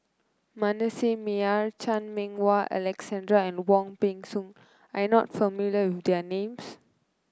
Manasseh Meyer Chan Meng Wah Alexander and Wong Peng Soon are you not familiar with their names